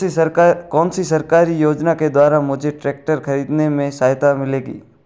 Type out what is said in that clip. कौनसी सरकारी योजना के द्वारा मुझे ट्रैक्टर खरीदने में सहायता मिलेगी?